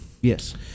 Yes